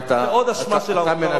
ולא חווים את זה,